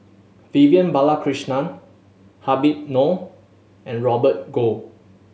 Vivian Balakrishnan Habib Noh and Robert Goh